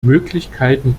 möglichkeiten